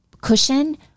cushion